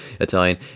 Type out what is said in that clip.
Italian